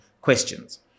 questions